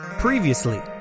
Previously